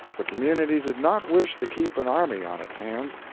the community did not wish to keep an army on its hands,